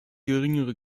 geringere